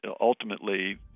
ultimately